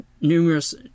numerous